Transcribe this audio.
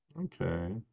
Okay